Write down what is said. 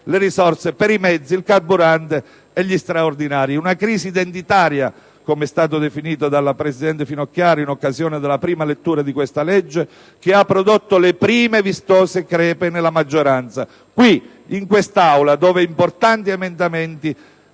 le risorse per i mezzi, il carburante e gli straordinari. Una crisi identitaria, come è stata definita dalla presidente Finocchiaro, in occasione della prima lettura di questa legge, che ha prodotto le prime vistose crepe nella maggioranza, qui in quest'Aula dove importanti emendamenti